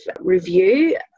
review